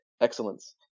Excellence